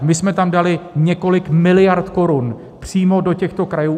My jsme tam dali několik miliard korun, přímo účelově do těchto krajů.